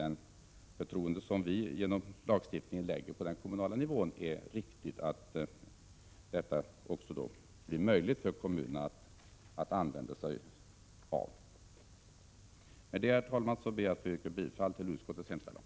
Det förtroende som vi genom lagstiftningen lägger på den kommunala nivån gör det möjligt för kommunerna att använda sig av naturvårdslagen i det här fallet, och det tycker vi är riktigt. Med detta, herr talman, ber jag att få yrka bifall till utskottets hemställan.